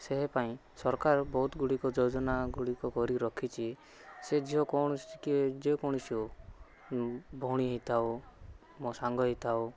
ସେ ପାଇଁ ସରକାର ବହୁତ ଗୁଡ଼ିକ ଯୋଜନା ଗୁଡ଼ିକ କରି ରଖିଛି ସେ ଝିଅ କୌଣସି ଯେକୌଣସି ହେଉ ଭଉଣୀ ହେଇଥାଉ ମୋ ସାଙ୍ଗ ହେଇଥାଉ